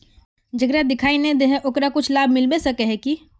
जेकरा दिखाय नय दे है ओकरा कुछ लाभ मिलबे सके है की?